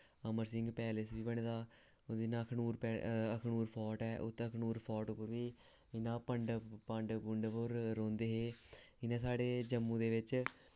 Amar Singh palace बी बने दा होर जियां अखनूर अखनूर फोट ऐ उत्थें अखनूर फोट उप्पर बी इ'यां पांडव पांडव पूंडव होर रौंह्दे हे इ'यां साढ़े जम्मू दे बिच्च